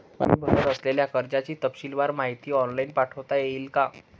मी भरत असलेल्या कर्जाची तपशीलवार माहिती ऑनलाइन पाठवता येईल का?